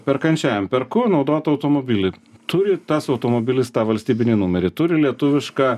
perkančiajam perku naudotą automobilį turi tas automobilis tą valstybinį numerį turi lietuvišką